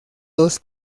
dos